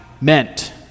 meant